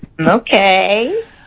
Okay